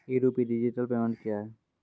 ई rupee digital payment क्या हैं?